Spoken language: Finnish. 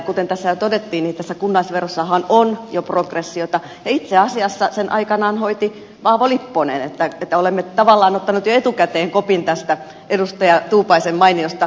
kuten tässä jo todettiin kunnallisverossahan on jo progressiota ja itse asiassa sen aikanaan hoiti paavo lipponen niin että olemme tavallaan ottaneet jo etukäteen kopin tästä edustaja tuupaisen mainiosta puheenvuorosta